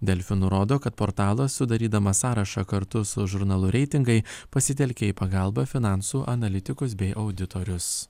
delfi nurodo kad portalas sudarydamas sąrašą kartu su žurnalu reitingai pasitelkė į pagalbą finansų analitikus bei auditorius